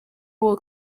were